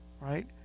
right